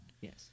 Yes